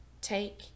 take